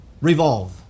revolve